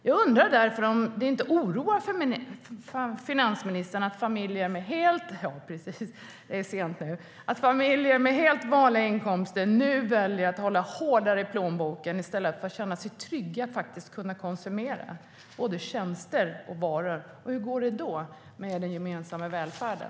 Jag undrar därför om det inte oroar feministen - jag menar förstås finansministern; det är sent nu - att familjer med helt vanliga inkomster nu väljer att hålla hårdare i plånboken i stället för att känna sig trygga att kunna konsumera både tjänster och varor. Hur går det då med den gemensamma välfärden?